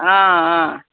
ఆ ఆ